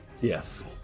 Yes